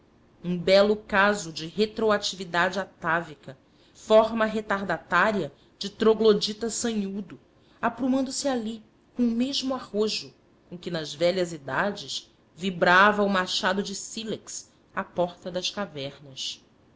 um belo caso de retroatividade atávica forma retardatária de troglodita sanhudo aprumando se ali com o mesmo arrojo com que nas velhas idades vibrava o machado de sílex à porta das cavernas